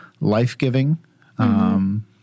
life-giving